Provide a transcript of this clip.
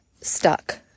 stuck